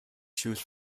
choose